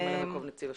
ממלא מקום נציב השב"ס.